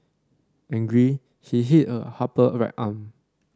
angry he hit her upper right arm